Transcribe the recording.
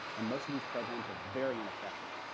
and most of these programs are very ineffective.